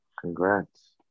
Congrats